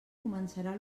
començarà